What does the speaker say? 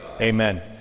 Amen